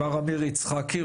מר אמיר יצחקי,